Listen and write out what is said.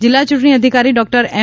જિલ્લા ચ્રૂંટણી અધિકારી ડોક્ટર એમ